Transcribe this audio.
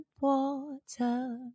water